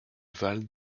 val